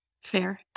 Fair